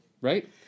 Right